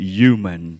human